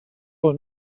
will